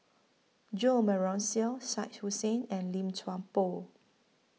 Jo Marion Seow Shah Hussain and Lim Chuan Poh